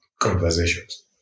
conversations